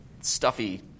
stuffy